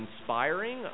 inspiring